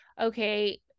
okay